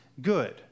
good